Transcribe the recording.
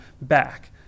back